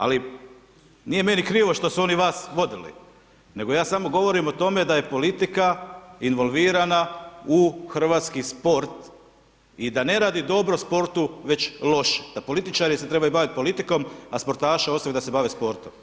Ali, nije meni krivo što su oni vas vodili, nego ja samo govorimo o tome da je politika involvirana u hrvatski sport i da ne radi dobro sportu, već loše, da političari se trebaju baviti politikom, a sportaše ostaviti da se bave sportom.